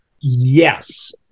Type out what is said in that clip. Yes